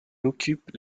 occupe